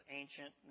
ancient